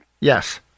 Yes